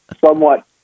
somewhat